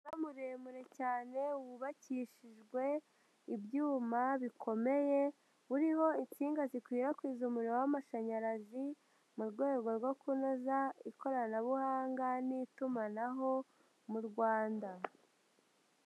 Umunara muremure cyane wubakishijwe ibyuma bikomeye uriho inshinga zikwirakwiza umuriro w'amashanyarazi mu rwego rwo kunoza ikoranabuhanga n'itumanaho mu Rwanda.